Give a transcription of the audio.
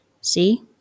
See